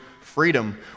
freedom